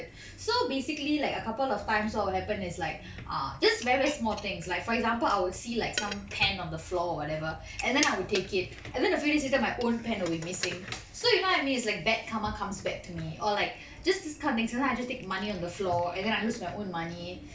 so basically like a couple of times what will happen is like err just very very small things like for example I will see like some pen on the floor or whatever and then I will take it and then a few days later my own pen will be missing so you know what I mean is like bad karma comes back to me or like just so I just take money on the floor and then I lose my own money